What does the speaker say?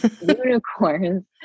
unicorns